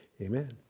Amen